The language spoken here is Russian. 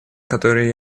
которые